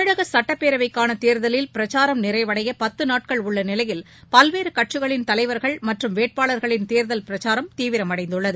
தமிழக சுட்டப்பேரவைக்கான தேர்தலில் பிரச்சாரம் நிறைவடைய பத்து நாட்கள் உள்ளநிலையில் பல்வேறு கட்சிகளின் தலைவர்கள் மற்றும் வேட்பாளர்களின் தேர்தல் பிரச்சாரம் தீவிரமடைந்துள்ளது